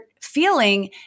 feeling